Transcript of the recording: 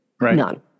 None